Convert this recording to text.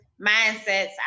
mindsets